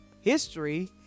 history